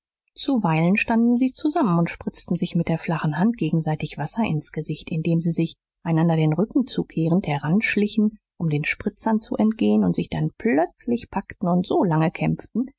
zuweilen standen sie zusammen und spritzten sich mit der flachen hand gegenseitig wasser ins gesicht indem sie sich einander den rücken zukehrend heranschlichen um den spritzern zu entgehen und sich dann plötzlich packten und so lange kämpften